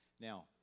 Now